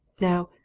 now,